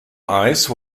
ice